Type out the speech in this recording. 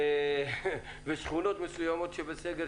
ושכונות מסוימות שבסגר,